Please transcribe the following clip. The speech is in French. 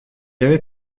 avait